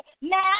Now